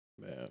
Man